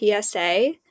PSA